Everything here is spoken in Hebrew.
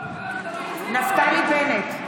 (קוראת בשמות חברי הכנסת( נפתלי בנט,